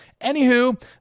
anywho